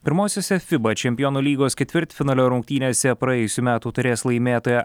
pirmosiose fiba čempionų lygos ketvirtfinalio rungtynėse praėjusių metų taurės laimėtoja